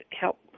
help